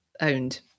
owned